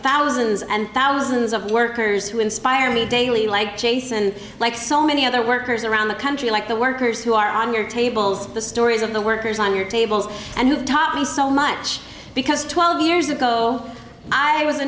thousands and thousands of workers who inspire me daily like jason like so many other workers around the country like the workers who are on your tables the stories of the workers on your tables and who taught me so much because twelve years ago i was a